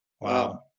Wow